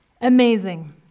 amazing